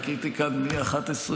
חיכיתי כאן מ-11:00,